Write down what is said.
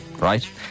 right